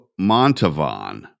Montavon